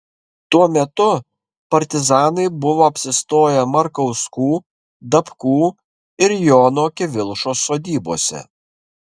tuo metu partizanai buvo apsistoję markauskų dapkų ir jono kivilšos sodybose